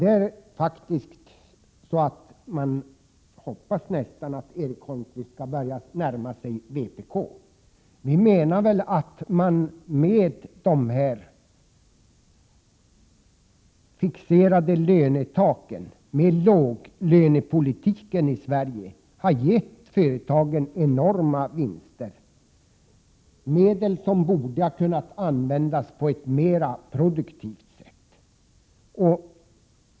Det är faktiskt så att man nästan hoppas 81 att Erik Holmkvist skall börja närma sig vpk. Vi anser att man med de fixerade lönetaken och med låglönepolitiken i Sverige har gett företagen enorma vinster, medel som borde ha kunnat användas på ett mer produktivt sätt.